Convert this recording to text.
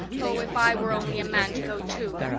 oh, if i were only a man, to go too!